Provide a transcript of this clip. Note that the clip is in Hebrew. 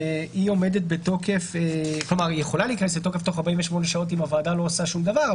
שהיא יכולה להיכנס לתוקף תוך 48 שעות אם הוועדה לא עושה שום דבר,